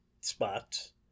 spots